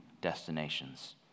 Destinations